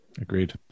Agreed